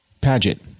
Paget